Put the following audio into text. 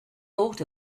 thought